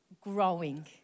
growing